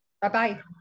Bye-bye